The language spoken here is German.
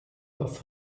das